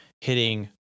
hitting